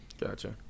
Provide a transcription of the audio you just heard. Gotcha